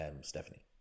stephanie